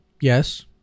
Yes